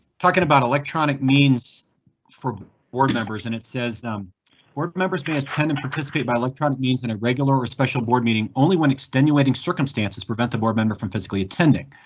talking about electronic means for board members and it says work members may attend and participate by electronic means in a regular or special board meeting, only when extenuating circumstances prevent the board member from physically attending.